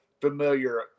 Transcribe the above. familiar